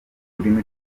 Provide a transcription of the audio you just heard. ururimi